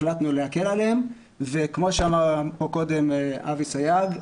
החלטנו להקל עליהם וכמו שאמר פה קודם אבי סייג,